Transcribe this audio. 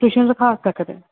tuition ਰੱਖ ਸਕਦੇ